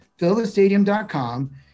fillthestadium.com